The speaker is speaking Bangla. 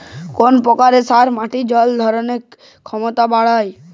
কোন প্রকার সার মাটির জল ধারণ ক্ষমতা বাড়ায়?